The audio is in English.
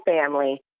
family